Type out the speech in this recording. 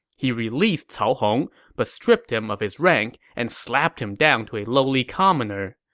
he released cao hong but stripped him of his rank and slapped him down to a lowly commoner.